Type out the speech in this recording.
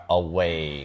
away